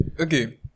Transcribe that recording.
okay